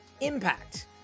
impact